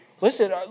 Listen